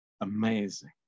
Amazing